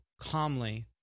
calmly